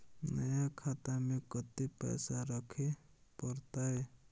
नया खाता में कत्ते पैसा रखे परतै?